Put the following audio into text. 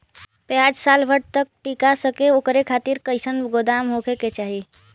प्याज साल भर तक टीका सके ओकरे खातीर कइसन गोदाम होके के चाही?